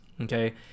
okay